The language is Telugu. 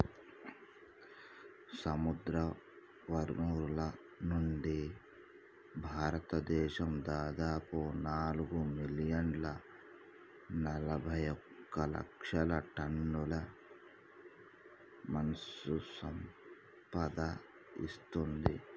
సముద్రవనరుల నుండి, భారతదేశం దాదాపు నాలుగు మిలియన్ల నలబైఒక లక్షల టన్నుల మత్ససంపద ఇస్తుంది